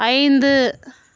ஐந்து